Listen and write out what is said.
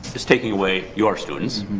it's taking away your students.